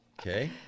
Okay